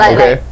Okay